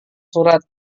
surat